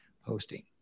hosting